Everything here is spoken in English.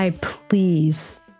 please